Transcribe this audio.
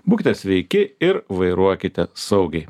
būkite sveiki ir vairuokite saugiai